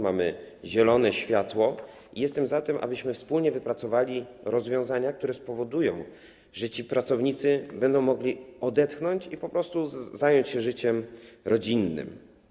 Mamy zielone światło i jestem za tym, abyśmy wspólnie wypracowali rozwiązania, które spowodują, że ci pracownicy będą mogli odetchnąć i po prostu zająć się życiem rodzinnym.